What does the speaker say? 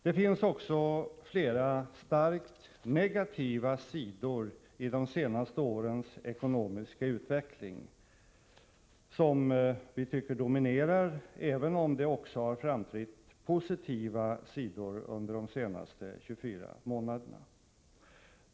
Det finns också flera starkt negativa sidor i de senaste årens ekonomiska utveckling som vi tycker dominerar, även om det också har framträtt positiva sidor under de senaste 24 månaderna.